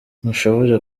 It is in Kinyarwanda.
ntushobora